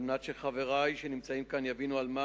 על מנת שחברי שנמצאים כאן יבינו על מה